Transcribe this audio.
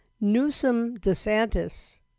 Newsom-DeSantis